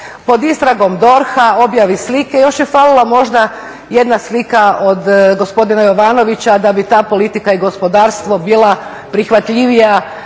pod istragom DORH-a, objavi slike i još je falila možda jedna slika od gospodina Jovanovića da bi ta politika i gospodarstvo bila prihvatljivija